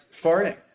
farting